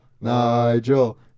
Nigel